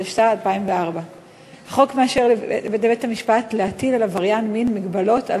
התשס"ה 2004. החוק מאפשר לבית-המשפט להטיל על עבריין מין מגבלות על